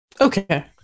Okay